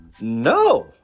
No